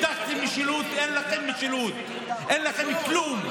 הבטחתם משילות ואין לכם משילות, אין לכם כלום.